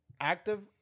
active